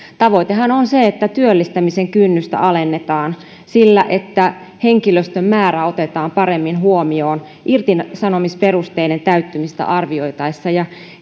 tavoitehan on se että työllistämisen kynnystä alennetaan sillä että henkilöstön määrä otetaan paremmin huomioon irtisanomisperusteiden täyttymistä arvioitaessa